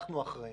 אנחנו אחראים.